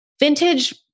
vintage